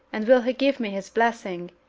and will he give me his blessing,